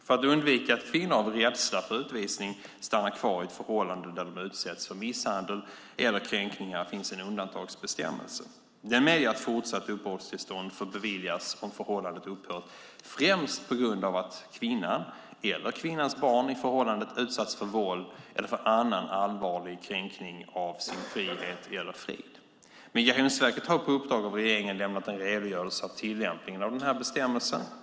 För att undvika att kvinnor av rädsla för utvisning stannar kvar i ett förhållande där de utsätts för misshandel eller kränkningar finns en undantagsbestämmelse. Den medger att fortsatt uppehållstillstånd får beviljas om förhållandet upphört främst på grund av att kvinnan, eller kvinnans barn, i förhållandet utsatts för våld eller för annan allvarlig kränkning av sin frihet eller frid. Migrationsverket har på uppdrag av regeringen lämnat en redogörelse av tillämpningen av den här bestämmelsen.